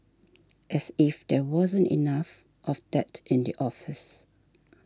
as if there wasn't enough of that in the office